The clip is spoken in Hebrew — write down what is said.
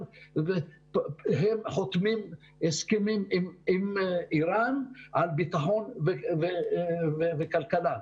הם חותמים הסכמים עם אירן על ביטחון וכלכלה.